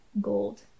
gold